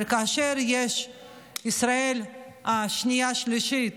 אבל כאשר יש ישראל השנייה והשלישית,